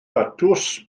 datws